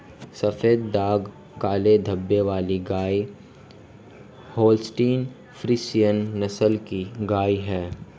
सफेद दाग काले धब्बे वाली गाय होल्सटीन फ्रिसियन नस्ल की गाय हैं